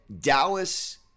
Dallas